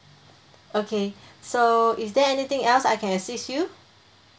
okay so is there anything else that I can assist you